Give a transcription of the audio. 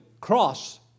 cross